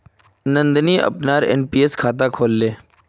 नंदनी अपनार एन.पी.एस खाता खोलले